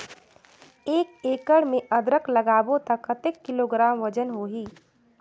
एक एकड़ मे अदरक लगाबो त कतेक किलोग्राम वजन होही?